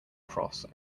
cross